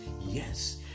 yes